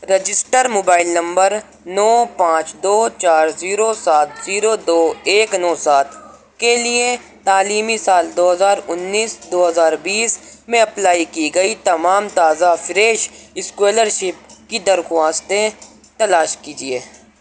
register mobile number نو پانچ دو چار زیرو سات زیرو دو ایک نو سات کے لیے تعلیمی سال دو ہزار انیس دو ہزار بیس میں اپلائی کی گئی تمام تازہ فریش اسکالر شپ کی درخواستیں تلاش کیجیے